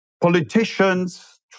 politicians